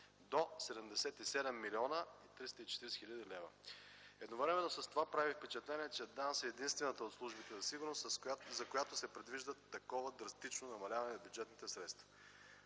до 77 млн. 340 хил. лв. Едновременно с това прави впечатление, че ДАНС е единствената от службите за сигурност, за която се предвижда такова драстично намаляване на бюджетните средства.